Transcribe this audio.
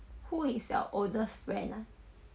who is your oldest friend ah